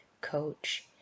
Coach